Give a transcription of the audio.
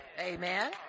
Amen